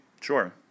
Sure